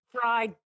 Fried